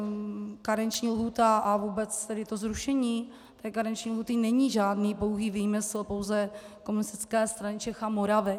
Ta karenční lhůta a vůbec to zrušení karenční lhůty není žádný pouhý výmysl pouze Komunistické strany Čech a Moravy.